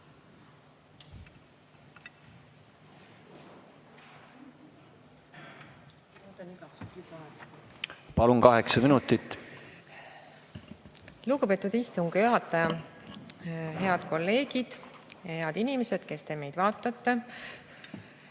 Palun, kaheksa minutit! Lugupeetud istungi juhataja! Head kolleegid! Head inimesed, kes te meid vaatate!